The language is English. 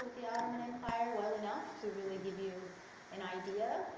empire well enough to really give you an idea.